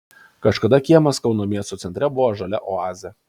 kažkada kiemas kauno miesto centre buvo žalia oazė